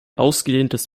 ausgedehntes